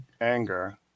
Anger